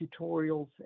tutorials